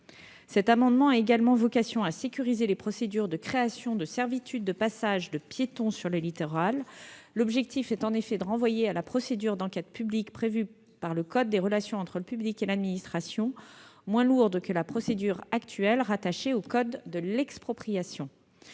Cet amendement tend également à sécuriser les procédures de création de servitudes de passage de piétons sur le littoral ; l'objectif est de renvoyer ces créations à la procédure d'enquête publique prévue par le code des relations entre le public et l'administration, moins lourde que la procédure actuelle, rattachée au code de l'expropriation.